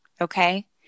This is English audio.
okay